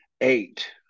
eight